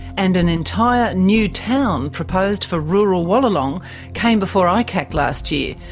and an entire new town proposed for rural wallalong came before icac last year,